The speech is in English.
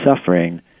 suffering